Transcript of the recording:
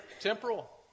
temporal